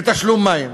מתשלום מים.